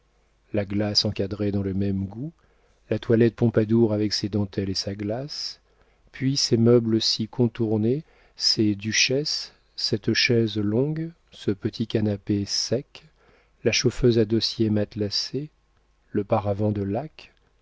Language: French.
la glace encadrée dans le même goût la toilette pompadour avec ses dentelles et sa glace puis ces meubles si contournés ces duchesses cette chaise longue ce petit canapé sec la chauffeuse à dossier matelassé le paravent de laque